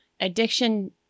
Addiction